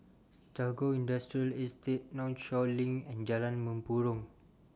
Tagore Industrial Estate Northshore LINK and Jalan Mempurong